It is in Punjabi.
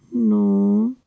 ਨੌਂ